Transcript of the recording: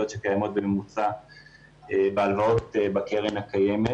שקיימות בממוצע בהלוואות בקרן הקיימת.